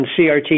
CRT